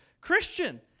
Christian